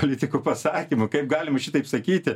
politikų pasakymų kaip galima šitaip sakyti